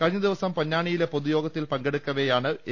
കഴിഞ്ഞ ദിവസം പൊന്നാനിയിലെ പൊതുയോഗ ത്തിൽ പങ്കെടുക്കവെയാണ് എ